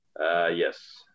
Yes